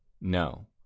No